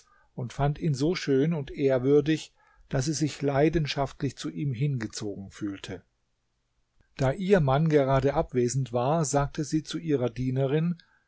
und fand ihn so schön und ehrwürdig daß sie sich leidenschaftlich zu ihm hingezogen fühlte da ihr mann gerade abwesend war sagte sie zu ihrer dienerin